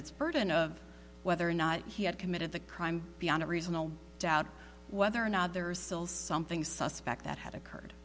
its burden of whether or not he had committed the crime beyond a reasonable doubt whether or not there is still something suspect that had occurred